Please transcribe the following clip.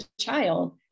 child